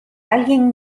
alguien